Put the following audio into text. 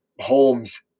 homes